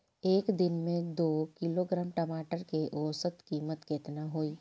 एक दिन में दो किलोग्राम टमाटर के औसत कीमत केतना होइ?